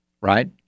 right